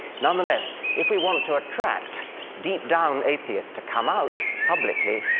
nonetheless, if we want to attract deep-down atheists to come out publicly,